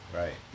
right